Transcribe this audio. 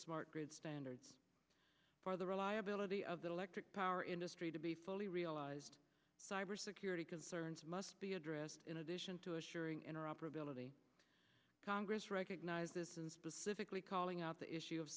smart grid standards for the reliability of the electric power industry to be fully realized cyber security concerns must be addressed in addition to assuring interoperability congress recognize this and specifically calling out the issue of